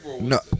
no